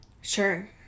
Sure